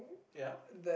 ya